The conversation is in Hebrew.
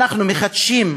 אנחנו מחדשים,